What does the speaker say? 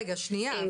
רגע, שנייה.